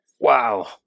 Wow